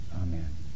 Amen